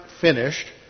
finished